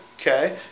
okay